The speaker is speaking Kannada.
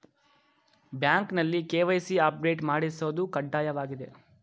ಬ್ಯಾಂಕ್ನಲ್ಲಿ ಕೆ.ವೈ.ಸಿ ಅಪ್ಡೇಟ್ ಮಾಡಿಸೋದು ಕಡ್ಡಾಯವಾಗಿದೆ